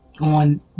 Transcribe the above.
on